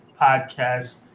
podcast